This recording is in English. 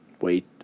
Wait